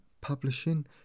publishing